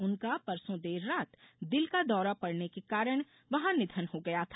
उनका परसो देर रात दिल का दौरा पड़ने के कारण वहां निधन हो गया था